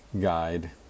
guide